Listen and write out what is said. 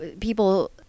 people